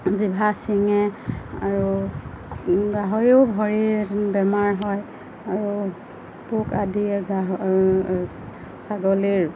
জিভা চিঙে আৰু গাহৰিও ভৰি বেমাৰ হয় আৰু পোক আদিয়ে গাহ ছাগলীৰ